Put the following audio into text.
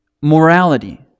morality